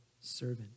servant